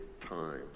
times